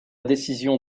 décision